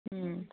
ꯎꯝ